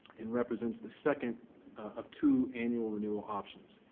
and represents the second of two annual renewal options.